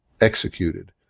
executed